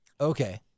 Okay